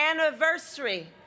anniversary